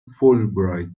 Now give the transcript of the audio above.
fulbright